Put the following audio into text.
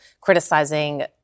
criticizing